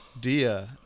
Dia